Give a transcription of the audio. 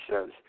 says